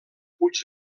puig